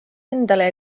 endale